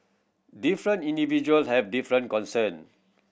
different individual have different concern